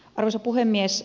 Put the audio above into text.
arvoisa puhemies